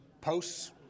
posts